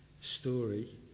story